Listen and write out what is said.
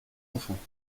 enfants